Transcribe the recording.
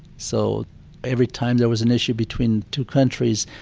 so every time there was an issue between two countries,